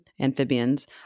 amphibians